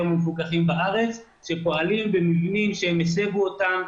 המפוקחים בארץ שפועלים במבנים שהם הסבו אותם,